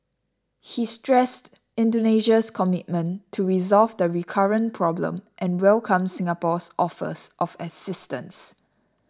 he stressed Indonesia's commitment to resolve the recurrent problem and welcomed Singapore's offers of assistance